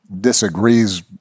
disagrees